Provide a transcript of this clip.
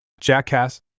jackass